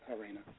arena